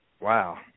Wow